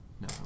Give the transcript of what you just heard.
No